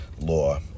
law